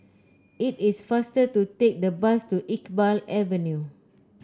it is faster to take the bus to Iqbal Avenue